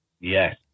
Yes